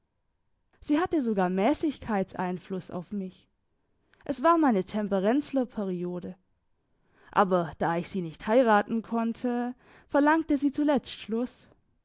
sie hatte sogar mässigkeitseinfluss auf mich es war meine temperenzlerperiode aber da ich sie nicht heiraten konnte verlangte sie zuletzt schluss